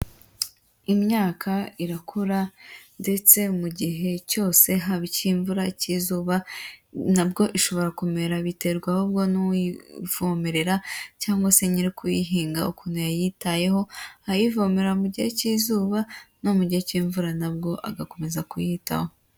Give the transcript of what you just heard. Imyaka irakura ndetse mu gihe cyose haba icy'imvura, icy'izuba, nabwo ishobora kumera biterwa ahubwo n'uyivomerera cyangwa se nyirukuyihinga ukuntu yayitayeho, ayivomerera mu gihe cy'izuba, no mu gihe cy'imvura nabwo agakomeza kuyitaho.